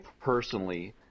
personally